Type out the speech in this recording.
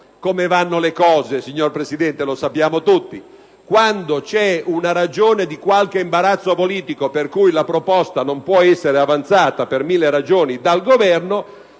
come vanno le cose, lo sappiamo tutti: quando c'è una ragione di qualche imbarazzo politico per cui la proposta non può essere avanzata - per mille ragioni - dal Governo,